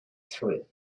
through